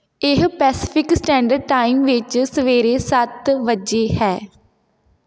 ਇਹ Pacific standard time ਵਿੱਚ ਸਵੇਰੇ ਸੱਤ ਵਜੇ ਹੈ